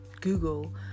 Google